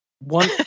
One